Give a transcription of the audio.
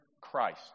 christ